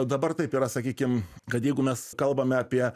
dabar taip yra sakykim kad jeigu mes kalbam apie